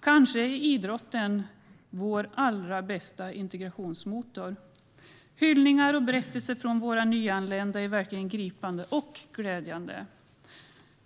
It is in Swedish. Kanske är idrotten vår allra bästa integrationsmotor. Hyllningarna och berättelserna från våra nyanlända är verkligen gripande och glädjande.